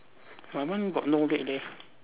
my one got no leg leh